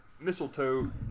Mistletoe